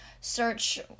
search